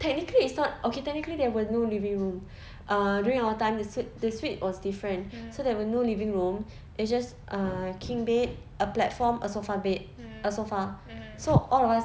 technically it's not okay technically there were no living room ah during our time the suite the suite was different so there were no living room it's just uh king bed a platform a sofa bed a sofa so all of us